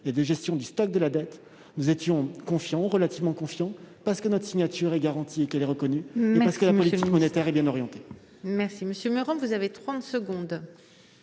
et de gestion du stock de dette nous étions relativement confiants, parce que notre signature est garantie et reconnue et parce que la politique monétaire est bien orientée.